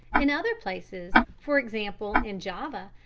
in other places, for example in java,